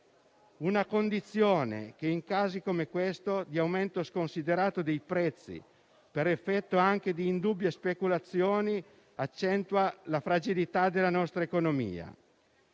una condizione che in casi come questo, di aumento sconsiderato dei prezzi per effetto anche di indubbie speculazioni, accentua la fragilità della nostra economia.